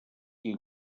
qui